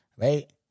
right